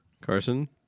Carson